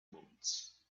moments